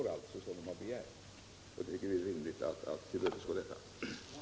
Jag tycker att det är rimligt att tillmötesgå detta önskemål.